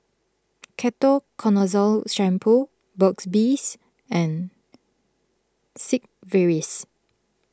Ketoconazole Shampoo Burt's Bees and Sigvaris